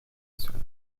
söhne